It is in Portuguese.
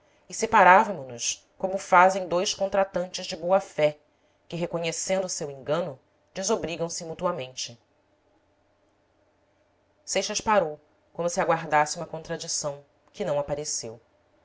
e separávamo nos como fazem dois contratantes de boa fé que reconhecendo seu engano desobrigam se mutuamente seixas parou como se aguardasse uma contradição que não apareceu